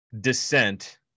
descent